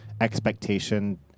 expectation